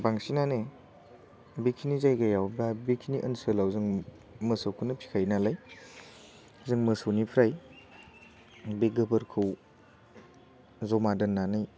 बांसिनानो बेखिनि जायगायाव बा बेखिनि ओनसोलआव जों मोसौखौनो फिसिखायो नालाय जों मोसौनिफ्राय बे गोबोरखौ ज'मा दोननानै